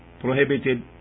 prohibited